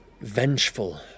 vengeful